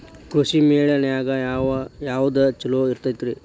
ಕೃಷಿಮೇಳ ನ್ಯಾಗ ಯಾವ್ದ ಛಲೋ ಇರ್ತೆತಿ?